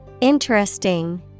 interesting